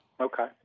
Okay